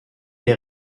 der